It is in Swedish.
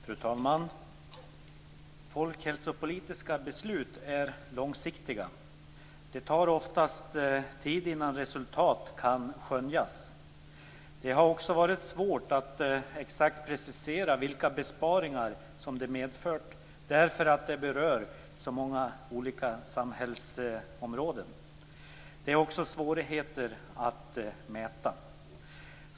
Fru talman! Folkhälsopolitiska beslut är långsiktiga. Det tar oftast tid innan resultat kan skönjas. Det har också varit svårt att exakt precisera vilka besparingar som det medfört, därför att det berör så många olika samhällsområden. Det är också svårigheter att mäta.